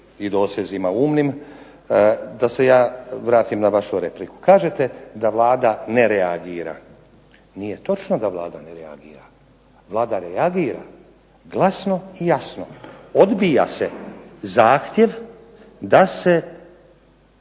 i dosezima umnim. Da se ja vratim na vašu repliku. Kažete da Vlada ne reagira. Nije točno Vlada ne reagira. Vlada reagira, glasno i jasno. Odbija se zahtjev da se,